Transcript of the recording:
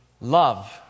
love